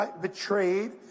betrayed